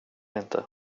inte